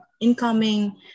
incoming